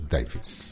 Davis